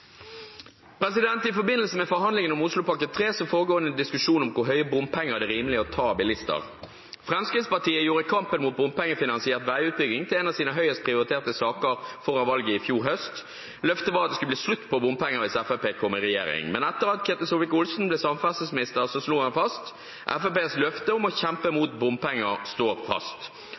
rimelig å ta av bilister. Fremskrittspartiet gjorde kampen mot bompengefinansiert veiutbygging til en av sine høyest prioriterte saker før valget i fjor høst. Løftet var at det skulle bli slutt på bompenger hvis Fremskrittspartiet kom i regjering. Og etter at Ketil Solvik-Olsen ble samferdselsminister, slo han fast at Fremskrittspartiets løfte om å kjempe mot bompenger står fast.